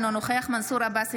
אינו נוכח מנסור עבאס,